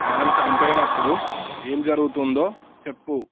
మనం చనిపోయినప్పుడు ఏం జరుగుతుందో చెప్పు